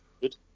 Good